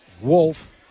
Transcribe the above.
Wolf